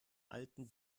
alten